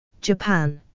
Japan